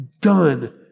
done